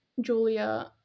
Julia